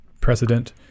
precedent